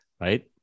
right